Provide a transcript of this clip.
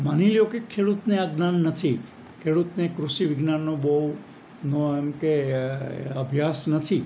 માની લો કે ખેડૂતને આ જ્ઞાન નથી ખેડૂતને કૃષિ વિજ્ઞાનનો બહુ ન એમ કે અભ્યાસ નથી